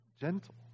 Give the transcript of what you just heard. gentle